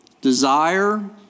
desire